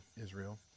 Israel